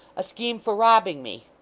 a scheme for robbing me?